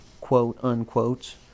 quote-unquotes